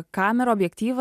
kamerą objektyvą